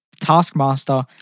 Taskmaster